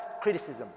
criticism